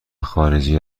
خارجی